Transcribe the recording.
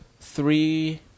three